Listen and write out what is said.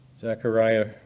Zechariah